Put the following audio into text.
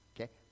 Okay